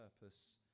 purpose